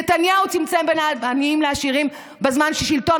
נתניהו צמצם את הפער בין עניים לעשירים בזמן ששלטון